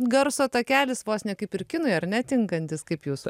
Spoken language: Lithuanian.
garso takelis vos ne kaip ir kinui ar ne tinkantis kaip jūs